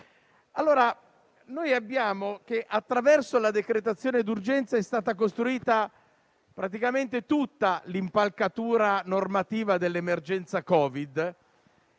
e la costruzione. Attraverso la decretazione d'urgenza è stata costruita praticamente tutta l'impalcatura normativa dell'emergenza Covid,